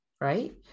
right